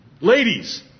Ladies